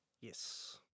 Yes